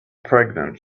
pregnant